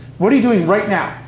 what are you doing right now.